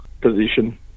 position